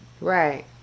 Right